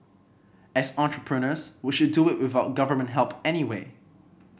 as entrepreneurs we should do it without Government help anyway